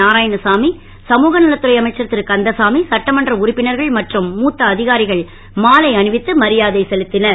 நாராயணசாமி சமூக நலத்துறை அமைச்சர் திருகந்தசாமி சட்டமன்ற உறுப்பினர்கள் மற்றும் மூத்த அதிகாரிகள் மாலை அணிவித்து மரியாதை செலுத்தினர்